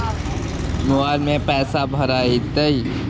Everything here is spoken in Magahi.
मोबाईल में पैसा भरैतैय?